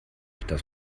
dass